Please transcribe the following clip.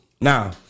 Now